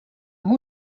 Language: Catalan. amb